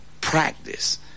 practice